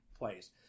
place